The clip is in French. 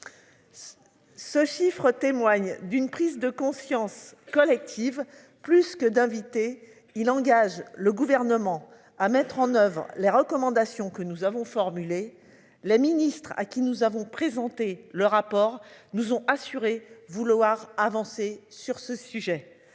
Ce chiffre témoigne d'une prise de conscience collective. Plus que d'inviter il engage le gouvernement à mettre en oeuvre les recommandations que nous avons formulées la ministre à qui nous avons présenté le rapport nous ont assuré vouloir avancer sur ce sujet